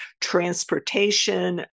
transportation